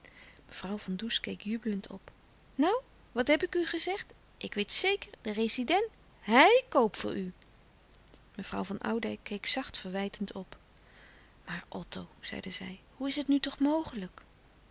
mevrouw van does keek jubelend op nou wat heb ik u gezegd ik weet zeker de residèn hij koop voor u mevrouw van oudijck keek zacht verwijtend op maar otto zeide zij hoe is het nu toch mogelijk